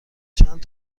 چند